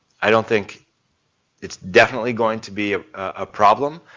i don't think it's definitely going to be a problem,